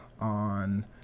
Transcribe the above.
on